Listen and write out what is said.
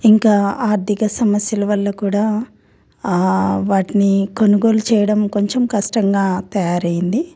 ఇంకా ఆర్థిక సమస్యల వల్ల కూడా వాటిని కొనుగోలు చేయడం కొంచెం కష్టంగా తయారైంది